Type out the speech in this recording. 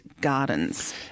gardens